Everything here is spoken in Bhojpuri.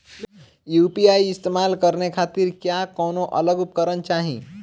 यू.पी.आई इस्तेमाल करने खातिर क्या कौनो अलग उपकरण चाहीं?